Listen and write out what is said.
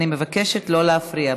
אני מבקשת לא להפריע.